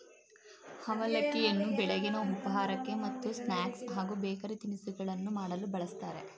ಅವಲಕ್ಕಿಯನ್ನು ಬೆಳಗಿನ ಉಪಹಾರಕ್ಕೆ ಮತ್ತು ಸ್ನಾಕ್ಸ್ ಹಾಗೂ ಬೇಕರಿ ತಿನಿಸುಗಳನ್ನು ಮಾಡಲು ಬಳ್ಸತ್ತರೆ